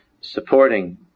supporting